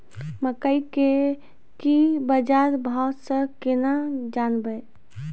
मकई के की बाजार भाव से केना जानवे?